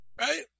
right